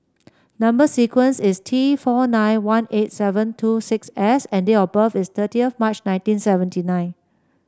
number sequence is T four nine one eight seven two six S and date of birth is thirtieth March nineteen seventy nine